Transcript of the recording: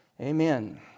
Amen